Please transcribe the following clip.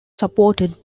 supported